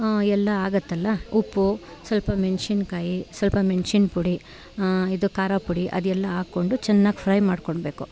ಎಲ್ಲ ಆಗುತ್ತಲ್ಲ ಉಪ್ಪು ಸ್ವಲ್ಪ ಮೆಣ್ಸಿನ್ಕಾಯಿ ಸ್ವಲ್ಪ ಮೆಣ್ಸಿನ ಪುಡಿ ಇದು ಖಾರ ಪುಡಿ ಅದೆಲ್ಲ ಹಾಕ್ಕೊಂಡು ಚೆನ್ನಾಗಿ ಫ್ರೈ ಮಾಡ್ಕೊಳ್ಬೇಕು